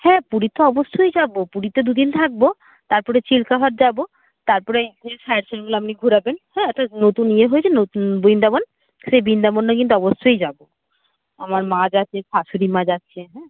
হ্যাঁ পুরী তো অবশ্যই যাবো পুরীতে দুদিন থাকবো তারপরে চিলকা হ্রদ যাবো তারপরে সাইড সিনগুলো আপনি ঘুরাবেন হ্যাঁ একটা নতুন ইয়ে হয়েছে না নতুন বৃন্দাবন সেই বৃন্দাবনে কিন্তু অবশ্যই যাবো আমার মা যাচ্ছে শাশুড়ি মা যাচ্ছে হ্যাঁ